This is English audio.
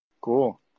cool